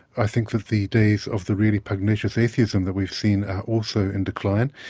i think that the days of the really pugnacious atheism that we've seen are also in decline.